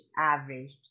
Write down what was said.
averaged